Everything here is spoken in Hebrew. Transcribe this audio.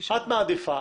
את מעדיפה